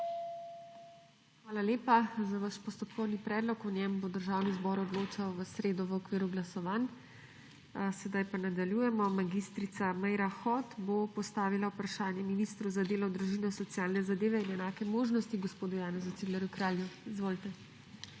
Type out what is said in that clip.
Hvala lepa za vaš postopkovni predlog. O njem bo Državni zbor odločal v sredo v okviru glasovanj. Sedaj pa nadaljujemo. Mag. Meira Hot bo postavila vprašanje ministru za delo, družino, socialne zadeve in enake možnosti gospodu Janezu Ciglerju Kralju. Izvolite.